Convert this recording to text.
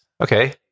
Okay